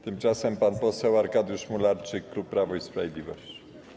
Tymczasem pan poseł Arkadiusz Mularczyk, klub Prawo i Sprawiedliwość.